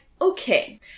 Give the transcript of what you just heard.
Okay